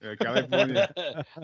California